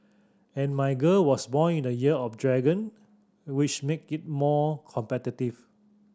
and my girl was born in the Year of the Dragon which make it given more competitive